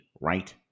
right